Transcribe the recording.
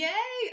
Yay